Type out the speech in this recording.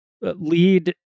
lead